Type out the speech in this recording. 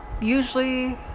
usually